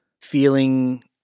feeling